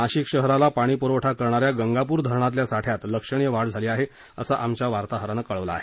नाशिक शहराला पाणी पुरवठा करणाऱ्या गंगापूर धरणातल्या साठ्यात लक्षणीय वाढ झाली असल्याचं आमच्या वार्ताहरानं कळवलं आहे